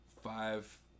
five